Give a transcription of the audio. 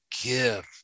give